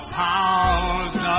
powers